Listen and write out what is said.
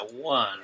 one